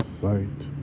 sight